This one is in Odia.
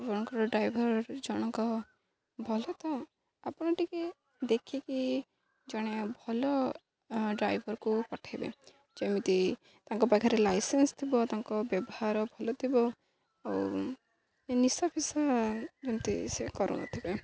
ଆପଣଙ୍କର ଡ୍ରାଇଭର ଜଣଙ୍କ ଭଲ ତ ଆପଣ ଟିକେ ଦେଖିକି ଜଣେ ଭଲ ଡ୍ରାଇଭରକୁ ପଠାଇବେ ଯେମିତି ତାଙ୍କ ପାଖରେ ଲାଇସେନ୍ସ ଥିବ ତାଙ୍କ ବ୍ୟବହାର ଭଲ ଥିବ ଆଉ ନିଶା ଫିସା ଯେମିତି ସେ କରୁନଥିବେ